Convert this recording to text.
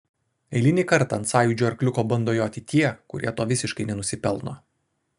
eilinį kartą ant sąjūdžio arkliuko bando joti tie kurie to visiškai nenusipelno